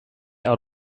out